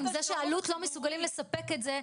זה שאלו"ט לא מסוגלים לספק את זה,